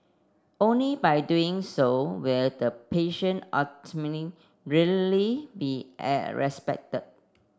only by doing so will the patient autonomy really be respected